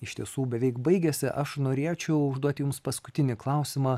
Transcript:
iš tiesų beveik baigiasi aš norėčiau užduoti jums paskutinį klausimą